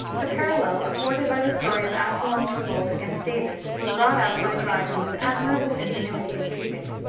the parallel afforded by the story of absalom's revolt against david was wrought out by dryden with admirable ingenuity and keeping.